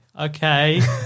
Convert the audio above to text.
Okay